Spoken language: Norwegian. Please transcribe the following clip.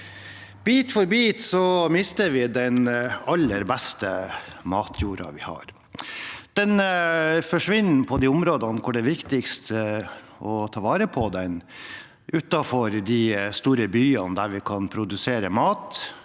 Bit for bit mister vi den aller beste matjorda vi har. Den forsvinner i de områdene hvor det er viktigst å ta vare på den, utenfor de store byene, der vi kan produsere mat